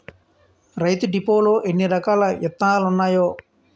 రైతు డిపోలో ఎన్నిరకాల ఇత్తనాలున్నాయో